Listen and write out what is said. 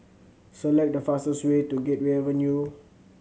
select the fastest way to Gateway Avenue